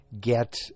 get